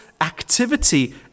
activity